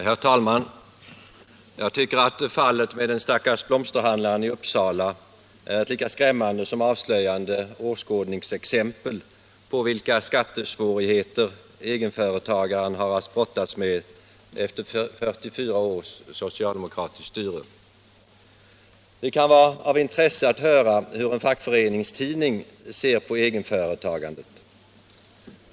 Herr talman! Jag tycker att fallet med den stackars blomsterhandlaren i Uppsala är ett lika skrämmande som avslöjande åskådningsexempel på vilka skattesvårigheter egenföretagaren har att brottas med efter 44 års socialdemokratiskt styre. Det kan vara av intresse att höra hur en fackföreningstidning ser på egenföretagandet.